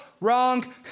Wrong